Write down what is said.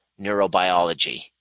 neurobiology